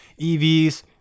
evs